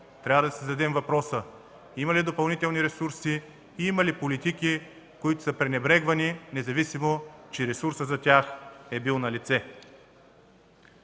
трябва да си зададем въпроса: има ли допълнителни ресурси и има ли политики, които са пренебрегвани, независимо че ресурсът за тях е бил налице?